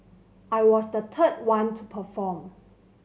I was the third one to perform